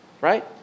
right